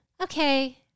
Okay